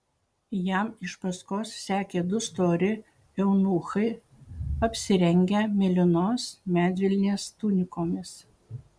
jam iš paskos sekė du stori eunuchai apsirengę mėlynos medvilnės tunikomis